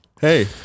Hey